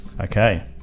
Okay